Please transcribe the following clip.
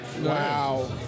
Wow